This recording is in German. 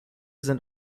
sind